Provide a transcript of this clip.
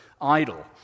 idle